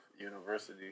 university